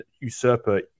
usurper